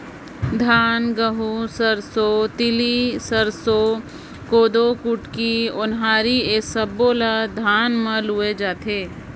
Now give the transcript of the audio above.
धान, गहूँ, सरसो, तिसी, सरसो, कोदो, कुटकी, ओन्हारी ए सब्बो ल धान म लूए जाथे